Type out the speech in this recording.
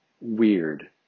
weird